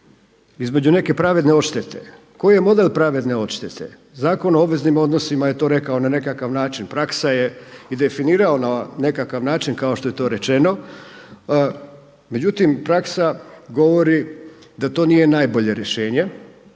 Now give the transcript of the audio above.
između neke pravedne odštete? Koji je model pravedne odštete? Zakon o obveznim odnosima je to rekao na nekakav način. Praksa je i definirao na nekakav način kao što je to rečeno. Međutim, praksa govori da to nije najbolje rješenje.